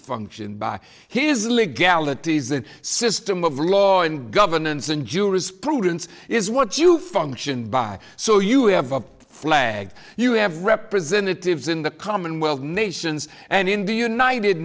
function by his legalities the system of law and governance and jurisprudence is what you function by so you have a flag you have representatives in the commonwealth nations and in the united